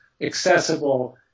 accessible